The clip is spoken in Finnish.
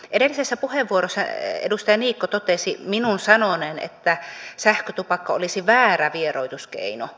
edellisessä puheenvuorossa edustaja niikko totesi minun sanoneen että sähkötupakka olisi väärä vieroituskeino